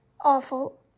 Awful